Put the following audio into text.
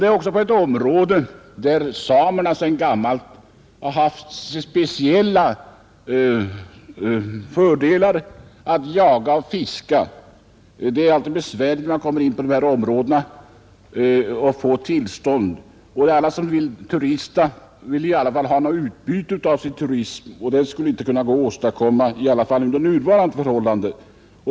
Det är ett område där samerna sedan gammalt har haft speciella förmåner: att jaga och att fiska. Det är alltid besvärligt, när man kommer in på de här områdena, att få tillstånd, och alla som turistar vill i alla fall ha något utbyte av sin turism. Något utbyte skulle det inte gå att åstadkomma, åtminstone inte under nuvarande förhållanden.